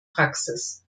praxis